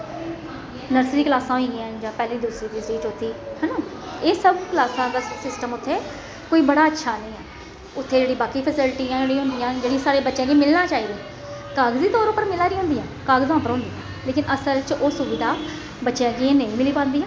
nursery कलासां होई गेइयां जां पैह्ली दूसरी चौथी है ना एह् सब कलासां दा सिस्टम उत्थै कोई बडा अच्छा नें ऐ उत्थै जेह्ड़ी बाकी फैसीलटी जेह्डियां होंदियां जेह्ड़े साढ़े बच्चें गी मिलना चाहिदियां कागजी तौर पर मिला दी होंदियां कागजां पर होंदियां लेकिन असल च ओह् सुबिधा बच्चें गी नेंई मिली पांदियां